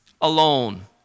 alone